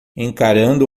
encarando